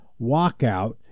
walkout